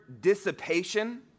dissipation